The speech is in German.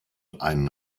einen